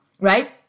right